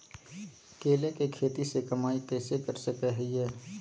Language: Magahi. केले के खेती से कमाई कैसे कर सकय हयय?